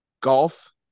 Golf